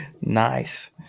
Nice